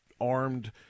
armed